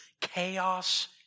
chaos